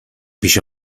پیش